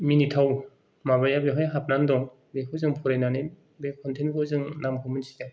मिनिथाव माबाया बेवहाय हाबनानै दं बेखौ जों फरायनानै बे कन्थेनखौ जों नामखौ मिथियो